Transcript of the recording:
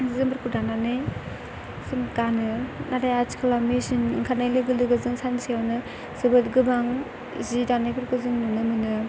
सि जोमफोरखौ दानानै जों गानो नाथाय आथिखालाव मेसिन ओंखारनाय लोगो लोगो जों सानसेयावनो जोबोद गोबां सि दानायफोरखौ जों नुनो मोनो